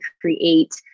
create